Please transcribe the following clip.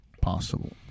possible